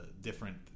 different